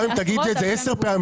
גם אם תגידי את זה עשר פעמים,